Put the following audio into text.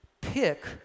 pick